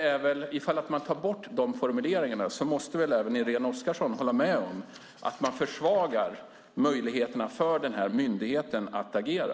Irene Oskarsson måste väl hålla med om att man, om man tar bort de formuleringarna, försvagar möjligheterna för myndigheten att agera.